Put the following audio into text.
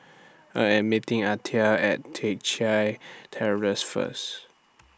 I Am meeting Altha At Teck Chye Terrace First